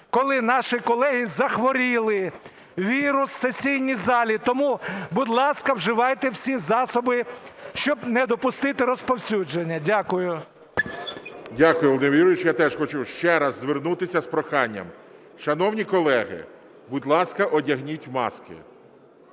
коли наші колеги захворіли, вірус в сесійній залі. Тому, будь ласка, вживайте всі засоби, щоб не допустити розповсюдження. Дякую. ГОЛОВУЮЧИЙ. Дякую, Володимир Юрійович. Я теж хочу ще раз звернутися з проханням. Шановні колеги, будь ласка, одягніть маски.